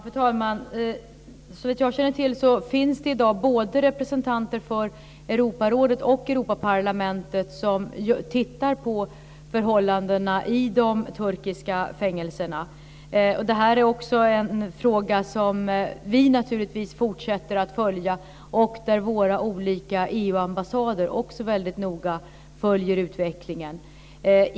Fru talman! Såvitt jag känner till finns det i dag representanter från både Europarådet och Europaparlamentet som tittar på förhållandena i de turkiska fängelserna. Det är också en fråga som vi naturligtvis fortsätter att följa och där våra olika EU-ambassader också väldigt noga följer utvecklingen.